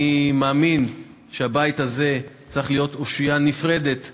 אני מאמין שהבית הזה צריך להיות אושיה נפרדת מבג"ץ,